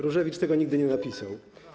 Różewicz tego nigdy nie napisał.